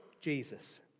Jesus